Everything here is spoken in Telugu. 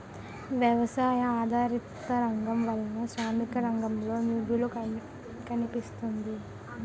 వ్యవసాయ ఆధారిత రంగం వలన శ్రామిక రంగంలో మిగులు కనిపిస్తుంది